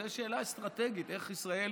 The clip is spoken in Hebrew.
זו שאלה אסטרטגית איך ישראל